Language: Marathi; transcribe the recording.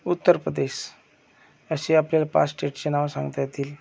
उत्तर प्रदेश अशी आपल्याला पाच स्टेटची नावं सांगता येतील